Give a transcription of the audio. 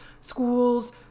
schools